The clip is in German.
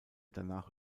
danach